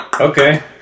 Okay